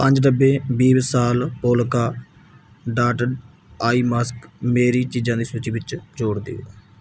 ਪੰਜ ਡੱਬੇ ਬੀ ਵਿਸ਼ਾਲ ਪੋਲਕਾ ਡਾਟਡ ਆਈ ਮਾਸਕ ਮੇਰੀ ਚੀਜ਼ਾਂ ਦੀ ਸੂਚੀ ਵਿੱਚ ਜੋੜ ਦਿਓ